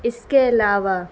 اس کے علاوہ